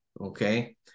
okay